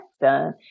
done